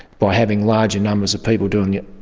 by having larger numbers of people doing it,